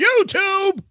YouTube